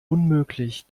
unmöglich